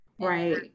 Right